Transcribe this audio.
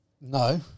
No